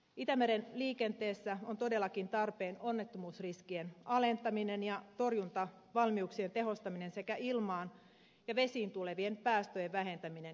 itämeren liikenteessä on todellakin tarpeen onnettomuusriskien alentaminen ja torjuntavalmiuksien tehostaminen sekä ilmaan ja vesiin tulevien päästöjen vähentäminen